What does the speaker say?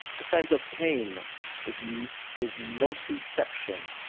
the sense of pain is is nociception,